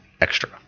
extra